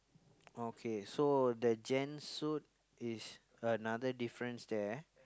okay so the gent suit is another difference there